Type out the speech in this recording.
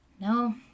no